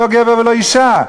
לא גבר ולא אישה.